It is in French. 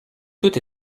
tout